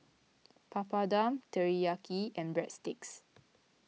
Papadum Teriyaki and Breadsticks